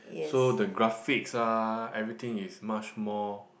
so the graphics ah everything is much more